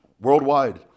worldwide